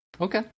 Okay